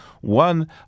One